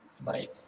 Bye